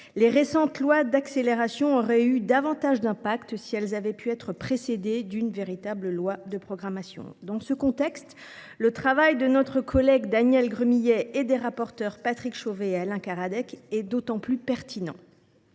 Les récentes lois d’accélération auraient eu davantage d’impact si elles avaient pu être précédées d’une véritable loi de programmation. Dans ce contexte, le travail de notre collègue Daniel Gremillet et des rapporteurs Patrick Chauvet et Alain Cadec est d’autant plus pertinent.